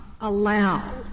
allow